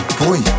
boy